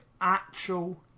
actual